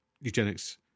eugenics